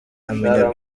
amenya